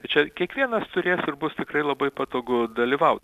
tai čia kiekvienas turės ir bus tikrai labai patogu dalyvau